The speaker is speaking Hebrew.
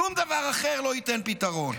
שום דבר אחר לא ייתן פתרון.